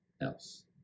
else